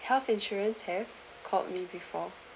health insurance have called me before